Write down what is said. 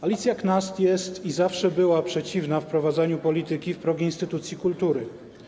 Alicja Knast jest i zawsze była przeciwna wprowadzaniu polityki w progi instytucji kultury.